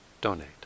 donate